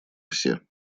все